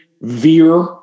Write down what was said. veer